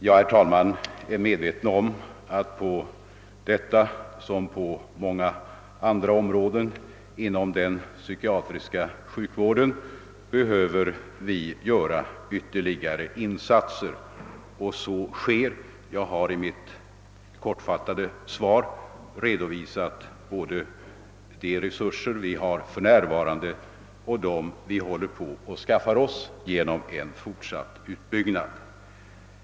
Jag är medveten om att vi på detta som på så många andra områden inom den psykiatriska sjukvården behöver vidta ytterligare åtgärder. Så sker också. I mitt kortfattade svar har jag redovisat både de resurser vi har för närvarande och de som vi håller på att skaffa oss genom en fortsatt utbyggnad.